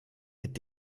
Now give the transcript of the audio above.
mit